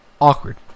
awkward